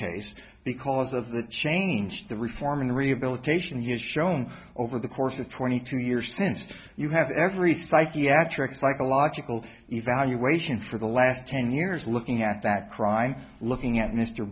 case because of the change the reform in the rehabilitation he has shown over the course of twenty two years since you have every psychiatric psychological evaluation for the last ten years looking at that crime looking at mr